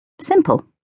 Simple